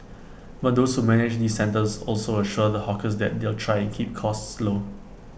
but those who manage these centres also assure the hawkers that they'll try and keep costs low